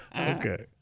okay